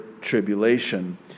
tribulation